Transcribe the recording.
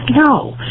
no